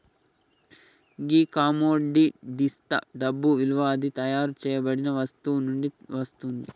గీ కమొడిటిస్తా డబ్బు ఇలువ అది తయారు సేయబడిన వస్తువు నుండి వస్తుంది